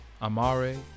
Amare